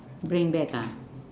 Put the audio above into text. bring back ah